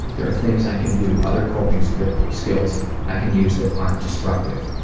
there are things i can do, other coping so but skills i can use that aren't destructive,